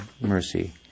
mercy